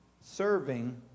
serving